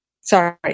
sorry